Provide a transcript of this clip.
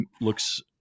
looks